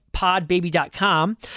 PodBaby.com